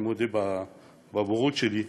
אני מודה בבורות שלי,